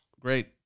Great